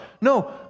No